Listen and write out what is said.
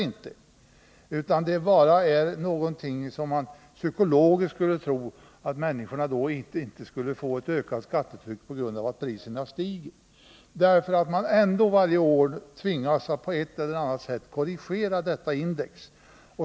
Det är bara en psykologisk fint för att få människorna att tro att de inte drabbas av ett ökat skattetryck på grund av att priserna stiger. Varje år tvingas man på ett eller annat sätt att korrigera detta index.